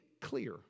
clear